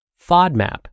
FODMAP